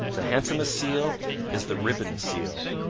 the handsomest seal is the ribbon seal.